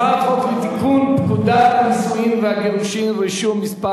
הצעת חוק לתיקון פקודת הנישואין והגירושין (רישום) (מס'